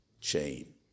chain